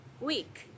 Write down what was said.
week